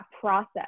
process